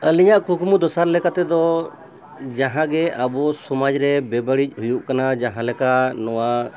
ᱟᱹᱞᱤᱧᱟᱜ ᱠᱩᱠᱢᱩ ᱫᱚᱥᱟᱨ ᱞᱮᱠᱟᱛᱮ ᱫᱚ ᱡᱟᱦᱟᱸᱜᱮ ᱟᱵᱚ ᱥᱚᱢᱟᱡᱽ ᱨᱮ ᱵᱮᱵᱟᱹᱲᱤᱡ ᱦᱩᱭᱩᱜ ᱠᱟᱱᱟ ᱡᱟᱦᱟᱸ ᱞᱮᱠᱟ ᱱᱚᱣᱟ